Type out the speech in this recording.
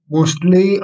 Mostly